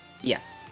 Yes